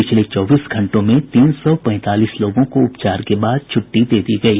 पिछले चौबीस घंटों में तीन सौ पैंतालीस लोगों को उपचार के बाद छुट्टी दे दी गयी